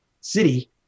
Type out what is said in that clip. city